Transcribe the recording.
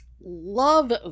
Love